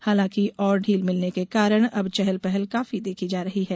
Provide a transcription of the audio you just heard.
हालाकि और ढील मिलने के कारण अब चहलपहल काफी देखी जा रही है